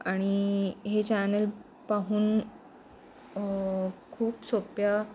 आणि हे चॅनल पाहून खूप सोप्या